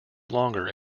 longer